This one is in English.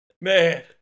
man